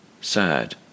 sad